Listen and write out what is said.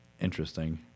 Interesting